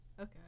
Okay